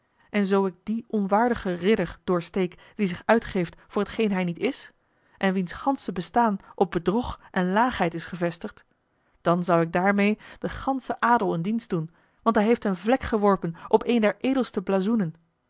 en zoo ik dien onwaardiger ridder doorsteek die zich uitgeeft voor t geen hij niet is en wiens gansche bestaan op bedrog en laagheid is gevestigd dan zou ik daarmeê den ganschen adel een dienst doen want hij heeft een vlek geworpen op een der edelste blazoenen